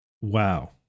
Wow